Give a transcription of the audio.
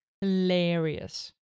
Hilarious